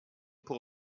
pour